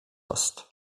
hast